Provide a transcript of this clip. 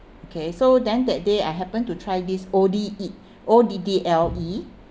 okay so then that day I happen to try this oddle eat O D D L E